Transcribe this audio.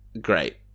great